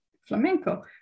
flamenco